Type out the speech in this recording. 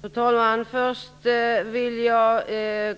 Fru talman! Först vill jag